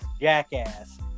jackass